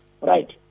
right